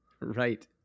Right